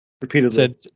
Repeatedly